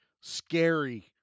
scary